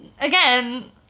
again